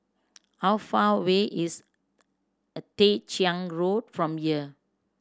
how far away is a Tah Ching Road from here